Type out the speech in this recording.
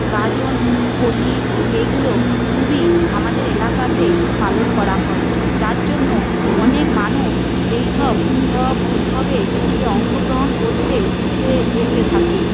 গাজন হোলি এইগুলো খুবই আমাদের এলাকাতে পালন করা হয় যার জন্য অনেক মানুষ এইসব সব উৎসবে অংশগ্রহণ করতে এ এসে থাকে